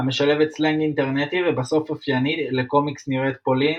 המשלבת סלנג אינטרנטי ובסוף אופייני לקומיקס נראית פולין